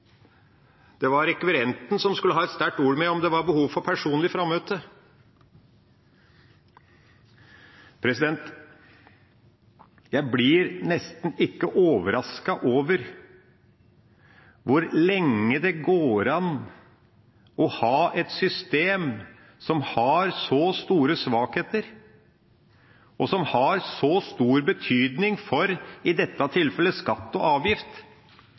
var rekvirenten som skulle ha et sterkt ord med i laget om det var behov for personlig frammøte. Jeg blir nesten ikke overrasket over hvor lenge det går an å ha et system som har så store svakheter, og som har så stor betydning for – i dette tilfellet – skatt og avgift,